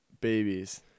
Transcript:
babies